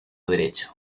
derecho